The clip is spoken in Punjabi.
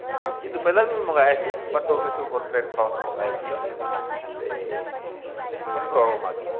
ਅਤੇ ਇੱਦੂ ਪਹਿਲਾਂ ਵੀ ਮੰਗਵਾਇਆ ਸੀ ਬਟ ਉਹ ਕਿਸੇ ਹੋਰ ਪਲੇਟਫਾਰਮ ਤੋਂ ਮੰਗਵਾਇਆ ਸੀਗਾ ਅਤੇ ਮੈਨੂੰ ਪ੍ਰੋਬਲਮ ਆ ਗਈ